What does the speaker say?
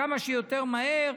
כמה שיותר מהר,